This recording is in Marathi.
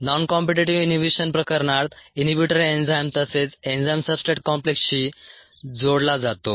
नॉन कॉम्पीटीटीव्ह इनहिबिशन प्रकरणात इनहिबिटर एन्झाइम तसेच एन्झाइम सबस्ट्रेट कॉम्प्लेक्सशी जोडला जातो